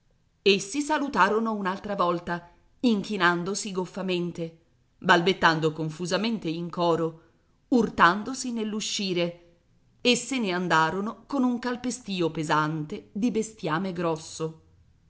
tardi essi salutarono un'altra volta inchinandosi goffamente balbettando confusamente in coro urtandosi nell'uscire e se ne andarono con un calpestìo pesante di bestiame grosso